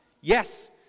yes